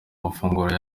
mafunguro